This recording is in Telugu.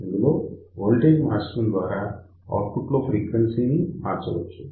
ఇందులో వోల్టేజ్ మార్చడం ద్వారా ఔట్పుట్ లో ఫ్రీక్వెన్సీ మార్చవచ్చు